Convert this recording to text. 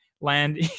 land